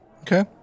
Okay